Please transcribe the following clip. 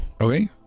Okay